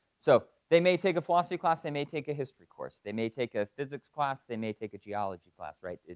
so, they may take a philosophy class, they may take a history course, they may take a physics class, they may take a geology class, right?